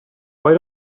why